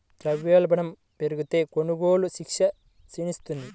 ద్రవ్యోల్బణం పెరిగితే, కొనుగోలు శక్తి క్షీణిస్తుంది